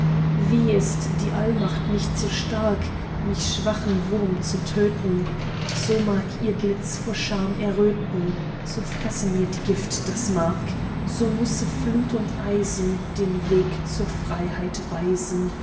wie ist die allmacht nicht so stark mich schwachen wurm zu töten so mag ihr blitz vor scham erröten so fresse mir die gift das mark so müsse flut und eisen den weg zur freiheit weisen